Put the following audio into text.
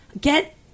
Get